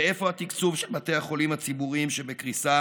ואיפה התקצוב של בתי החולים הציבוריים שבקריסה